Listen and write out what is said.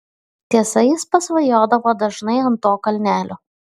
tiesa jis pasvajodavo dažnai ant to kalnelio